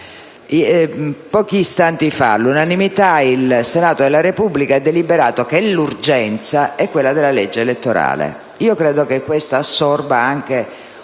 Pochi istanti fa, all'unanimità, il Senato della Repubblica ha deliberato che l'urgenza è quella della legge elettorale e credo che questa assorba anche